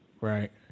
Right